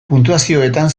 puntuazioetan